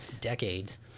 decades